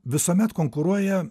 visuomet konkuruoja